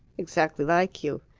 exactly like you.